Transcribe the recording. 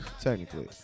technically